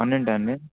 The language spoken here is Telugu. పన్నెండా అండి